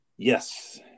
Yes